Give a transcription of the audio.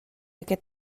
aquest